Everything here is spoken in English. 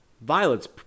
Violet's